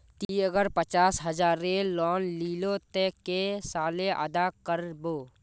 ती अगर पचास हजारेर लोन लिलो ते कै साले अदा कर बो?